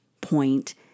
point